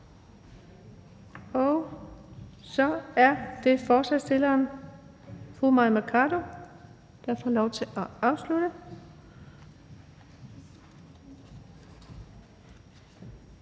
ordføreren for forslagsstillerne, fru Mai Mercado, der får lov til at afslutte.